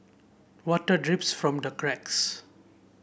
water drips from the cracks